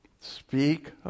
Speak